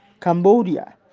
Cambodia